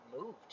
moved